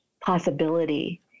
possibility